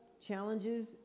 challenges